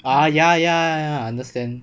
ah ya ya I understand